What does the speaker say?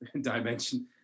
dimension